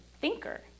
thinker